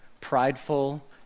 prideful